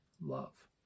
love